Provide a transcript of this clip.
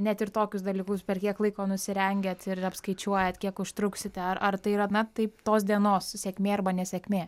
net ir tokius dalykus per kiek laiko nusirengiat ir apskaičiuojat kiek užtruksite ar ar tai yra na taip tos dienos sėkmė arba nesėkmė